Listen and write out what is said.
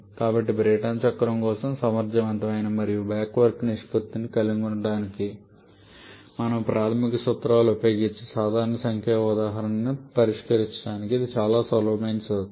కాబట్టి బ్రైటన్ చక్రం కోసం సమర్థవంతమైన మరియు బ్యాక్ వర్క్ నిష్పత్తిని కనుగొనడానికి మనము ప్రాథమిక సూత్రాలను ఉపయోగించి సాధారణ సంఖ్యా ఉదాహరణను పరిష్కరించడానికి ఇది చాలా సులభమైన సూత్రం